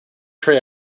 tray